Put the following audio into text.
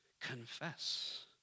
confess